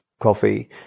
coffee